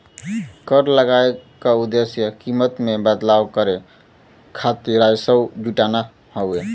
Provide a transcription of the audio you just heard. कर लगाये क उद्देश्य कीमत में बदलाव करे खातिर राजस्व जुटाना हौ